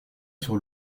sur